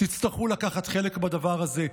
תצטרכו לקחת חלק בדבר הזה.